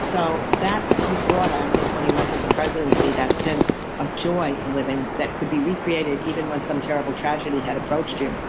so he brought i think, when he went to the presidency that sense of joy in living that could be recreated even when some terrible tragedy had approached you